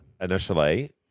initially